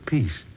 Peace